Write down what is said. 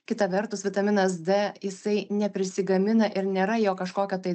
kita vertus vitaminas d jisai neprisigamina ir nėra jo kažkokio tai